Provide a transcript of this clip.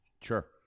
Sure